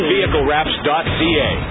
VehicleWraps.ca